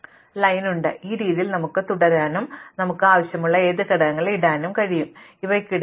പക്ഷേ ഈ രീതിയിൽ നമുക്ക് തുടരാനും നമുക്ക് ആവശ്യമുള്ള ഏത് ഘടകങ്ങളും ഇടാനും കഴിയും കൂടാതെ വലുപ്പത്തിന്റെ അനന്തമായ നിരവധി പിശകുകളും ഉണ്ട്